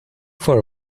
for